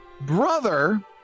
brother